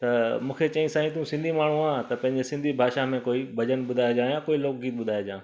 त मूंखे चई साईं तूं सिंधी माण्हू आहे त पंहिंजी सिंधी भाषा में कोई भॼनु ॿुधाइजाएं कोई लोक गीत ॿुधाइजाएं